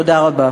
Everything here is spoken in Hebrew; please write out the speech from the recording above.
תודה רבה.